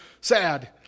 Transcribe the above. sad